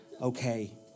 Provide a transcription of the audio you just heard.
Okay